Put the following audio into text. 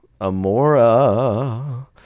amora